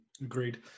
Agreed